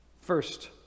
First